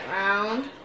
round